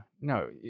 no